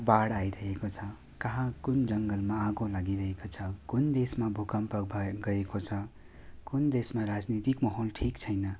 बाड आइरहेको छ कहाँ कुन जङ्गलमा आगो लागिरहेको छ कुन देशमा भुकम्प भए गएको छ कुन देशमा राजनीतिक माहौल ठिक छैन